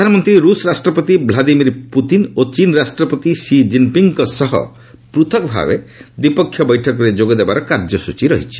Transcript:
ପ୍ରଧାନମନ୍ତ୍ରୀ ରୁଷ ରାଷ୍ଟ୍ରପତି ଭ୍ଲାଦିମିର ପୁତିନ୍ ଓ ଚୀନ୍ ରାଷ୍ଟ୍ରପତି ସି ଜିନ୍ପିଙ୍ଗ୍ଙ୍କ ସହ ପୂଥକ ଭାବେ ଦ୍ୱିପକ୍ଷିୟ ବୈଠକରେ ଯୋଗଦେବାର କାର୍ଯ୍ୟସ୍ଟଚୀ ରହିଛି